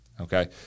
okay